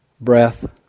Breath